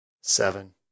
seven